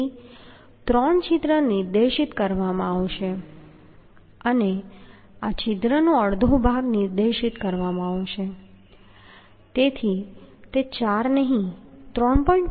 તેથી ત્રણ છિદ્ર નિર્દેશિત કરવામાં આવશે અને આ છિદ્રનો અડધો ભાગ નિર્દેશિત કરવામાં આવશે તેથી તે 4 નહીં 3